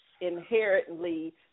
inherently